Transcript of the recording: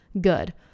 good